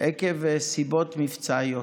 עקב סיבות מבצעיות.